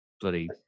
Bloody